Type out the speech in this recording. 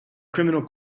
criminal